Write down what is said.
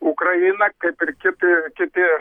ukraina kaip ir kiti kiti